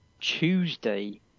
Tuesday